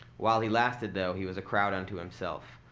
while he lasted, though, he was a crowd unto himself,